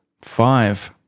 five